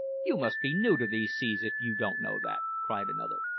you must be new to these seas if you don't know that! cried another.